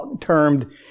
termed